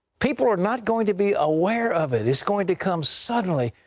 people are not going to be aware of it. it's going to come suddenly.